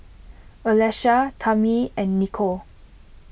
Alesha Tamie and Nichol